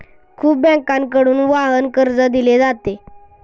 खूप बँकांकडून वाहन कर्ज दिले जाते